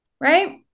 Right